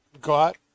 got